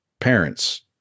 parents